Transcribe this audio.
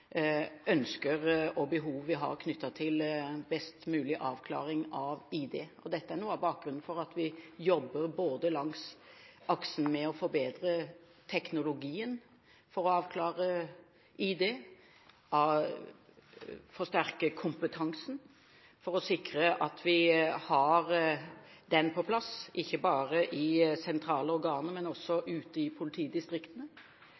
ønsker og behov vi har knyttet til best mulig avklaring av ID. Dette er noe av bakgrunnen for at vi jobber langs aksen for å forbedre teknologien for å avklare ID og for å forsterke kompetansen, for å sikre at vi har den på plass – ikke bare i sentrale organer, men